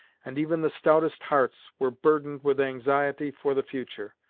and even the stoutest hearts were burdened with anxiety for the future.